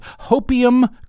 Hopium